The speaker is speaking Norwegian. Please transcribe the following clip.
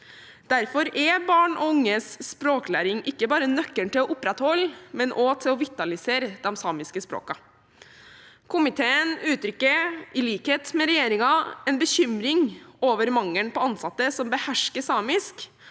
Derfor er barn og unges språklæring ikke bare nøkkelen til å opprettholde, men også til å vitalisere de samiske språkene. Komiteen uttrykker i likhet med regjeringen en bekymring over mangelen på ansatte som behersker samisk,